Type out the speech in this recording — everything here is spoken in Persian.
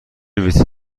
ویترین